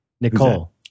Nicole